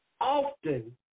often